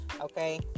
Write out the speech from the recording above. okay